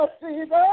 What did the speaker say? Jesus